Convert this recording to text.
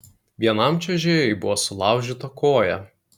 vienam čiuožėjui buvo sulaužyta koja